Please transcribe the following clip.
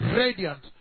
radiant